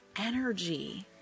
energy